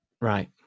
Right